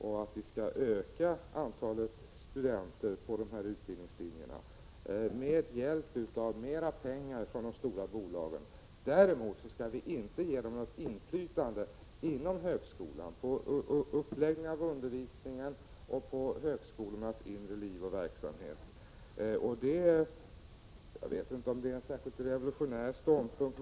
Viskall också utöka antalet studenter på dessa utbildningslinjer med hjälp av mer pengar från de stora bolagen. Däremot skall vi inte ge dessa bolag ett inflytande på uppläggningen av undervisningen och på högskolornas inre liv och verksamhet. Jag vet inte om det är en särskilt revolutionär ståndpunkt.